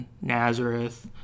Nazareth